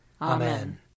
Amen